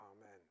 Amen